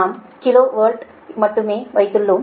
நாம் கிலோ வாட்டில் மட்டுமே வைத்திருக்கிறோம்